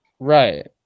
Right